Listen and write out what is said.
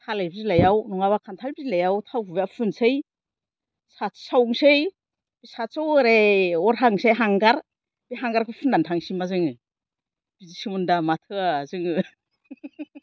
थालेर बिलाइआव नङाबा खान्थाल बिलाइआव थाव गुबैआ फुनसै साथि सावसै बे साथियाव ओरै अर हांसै हांगार बे हांगारखौ फुनानै थांसैमा जोङो बिदिसोमोन दा माथो जोङो